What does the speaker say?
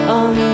on